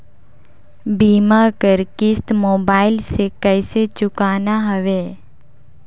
बीमा कर किस्त मोबाइल से कइसे चुकाना हवे